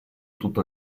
tutto